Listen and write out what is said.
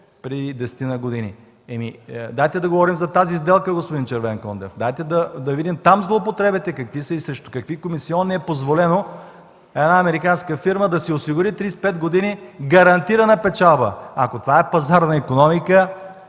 преди десетина години. Дайте да говорим за тази сделка, господин Червенкондев! Дайте да видим какви са злоупотребите там и срещу какви комисионни е позволено една американска фирма да си осигури 35 години гарантирана печалба! Ако това е пазарна икономика,